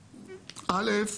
אל"ף,